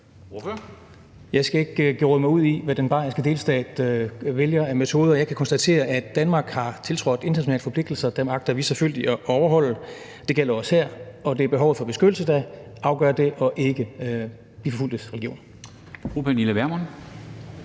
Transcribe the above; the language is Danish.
Jeg skal ikke gå ind i , hvad den bayerske delstat vælger af metoder. Jeg kan konstatere, at Danmark har tiltrådt internationale forpligtelser, og dem agter vi selvfølgelig at overholde. Det gælder også her, og det er behovet for beskyttelse, der afgør det, og ikke de forfulgtes religion.